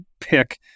pick